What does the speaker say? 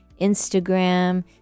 Instagram